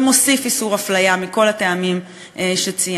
ומוסיפים איסור הפליה מכל הטעמים שציינתי.